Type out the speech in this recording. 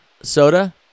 Soda